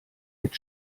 mit